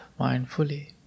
mindfully